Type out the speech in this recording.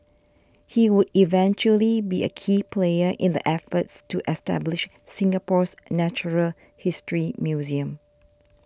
he would eventually be a key player in the efforts to establish Singapore's natural history museum